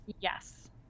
yes